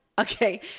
Okay